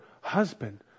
husband